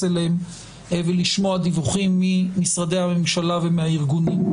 אליהם ולשמוע דיווחים ממשרדי הממשלה ומהארגונים.